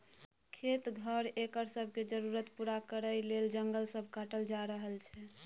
खेत, घर, एकर सब के जरूरत पूरा करइ लेल जंगल सब काटल जा रहल छै